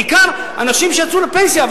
בעיקר אנשים שיצאו לפנסיה,